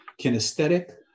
kinesthetic